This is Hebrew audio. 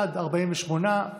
לפני נוסח הוועדה, בעד, 48,